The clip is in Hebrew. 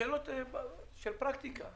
שאלות של פרקטיקה,